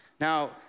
Now